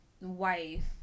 wife